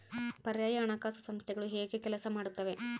ಪರ್ಯಾಯ ಹಣಕಾಸು ಸಂಸ್ಥೆಗಳು ಹೇಗೆ ಕೆಲಸ ಮಾಡುತ್ತವೆ?